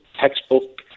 textbook